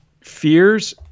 fears